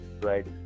right